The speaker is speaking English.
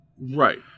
Right